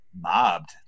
mobbed